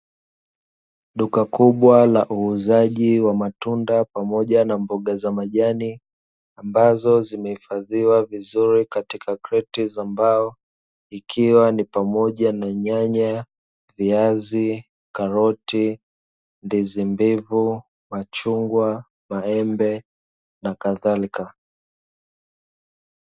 Duka kubwa la uuzaji wa matunda pamoja na mboga za majani, ambazo zimehifadhiwa vizuri katika kreti za mbao. Ikiwa ni pamoja na: nyanya, viazi, karoti, ndizi mbivu, machungwa, maembe, na kadhalika.